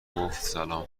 گفتسلام